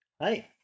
Hi